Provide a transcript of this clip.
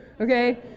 Okay